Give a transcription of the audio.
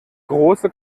große